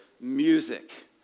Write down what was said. music